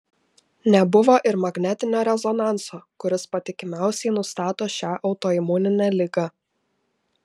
nebuvo ir magnetinio rezonanso kuris patikimiausiai nustato šią autoimuninę ligą